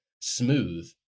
Smooth